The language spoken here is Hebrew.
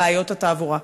בעיות התעבורה.